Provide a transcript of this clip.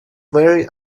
very